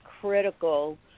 critical